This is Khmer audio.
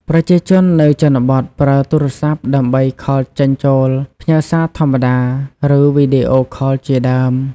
ប្រជាជននៅជនបទប្រើទូរស័ព្ទដើម្បីខលចេញចូល ផ្ញើសារធម្មតា ឬវីដេអូខលជាដើម។